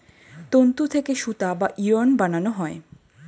তন্তু থেকে সুতা বা ইয়ার্ন বানানো হয়